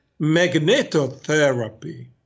Magnetotherapy